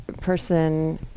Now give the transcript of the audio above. person